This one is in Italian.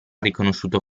riconosciuto